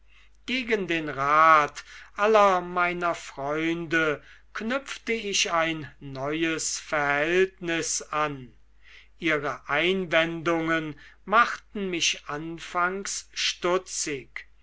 gegen den rat aller meiner freunde knüpfte ich ein neues verhältnis an ihre einwendungen machten mich anfangs stutzig